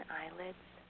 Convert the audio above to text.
eyelids